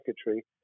secretary